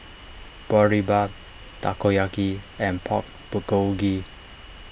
Boribap Takoyaki and Pork Bulgogi